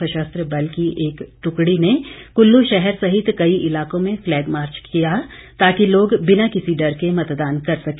सशस्त्र बल की एक टुकड़ी ने कुल्लू शहर सहित कई इलाकों में फ्लैग मार्च किया ताकि लोग बिना किसी डर के मतदान कर सके